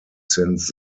since